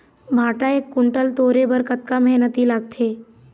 भांटा एक कुन्टल टोरे बर कतका मेहनती लागथे?